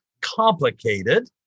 complicated